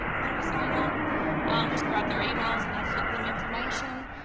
where do i sign up um just grab their emails and i'd flick them information.